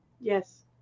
Yes